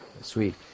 Sweet